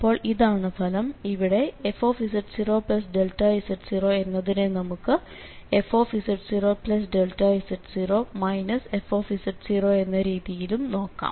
അപ്പോൾ ഇതാണ് ഫലം ഇവിടെ fz0z0 എന്നതിനെ നമുക്ക് fz0z0 fz0 എന്ന രീതിയിലും നോക്കാം